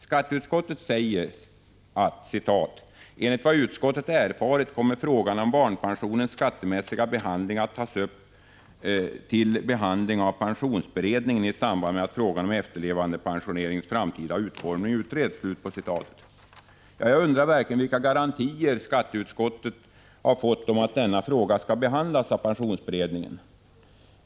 Skatteutskottet säger: ”Enligt vad utskottet erfarit kommer frågan om barnpensionens skattemässiga behandling att tas upp till behandling av pensionsberedningen i samband med att frågan om efterlevandepensioneringens framtida utformning utreds.” Jag undrar verkligen vilka garantier skatteutskottet har fått om att denna fråga skall behandlas av pensionsberedningen.